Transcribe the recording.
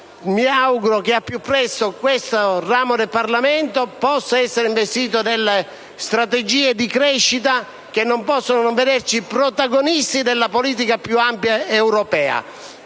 mi auguro che al più presto questo ramo del Parlamento possa essere investito delle strategie di crescita, che non possono non vederci protagonisti della più ampia politica europea.